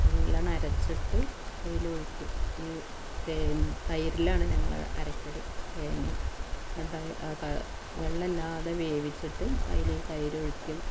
നല്ലവണ്ണം അരച്ചിട്ട് അതിലൊഴിക്കും ഈ തെ തൈരിലിലാണ് ഞങ്ങൾ അരക്കൽ തേങ്ങ എന്നിട്ട് വെള്ളമില്ലാതെ വേവിച്ചിട്ട് അതിൽ തൈരൊഴിക്കും